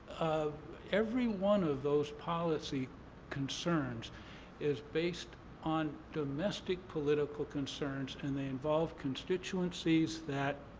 every one of those policy concerns is based on domestic political concerns and they involve constituencies that